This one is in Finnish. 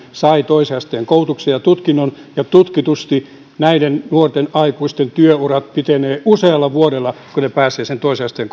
sai toisen asteen koulutuksen ja tutkinnon ja tutkitusti näiden nuorten aikuisten työurat pitenevät usealla vuodella kun he pääsevät sen toisen asteen